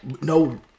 No